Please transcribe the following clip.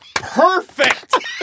Perfect